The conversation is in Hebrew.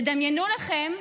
תדמיינו לכם,